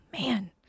man